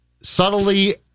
subtly